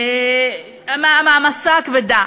מהמעמסה הכבדה.